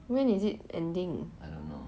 when is it ending